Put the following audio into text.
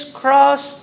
cross